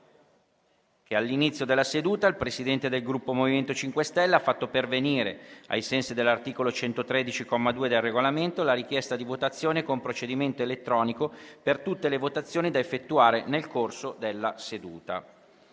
che all'inizio della seduta il Presidente del Gruppo MoVimento 5 Stelle ha fatto pervenire, ai sensi dell'articolo 113, comma 2, del Regolamento, la richiesta di votazione con procedimento elettronico per tutte le votazioni da effettuare nel corso della seduta.